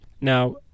Now